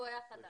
הוא היה חדש.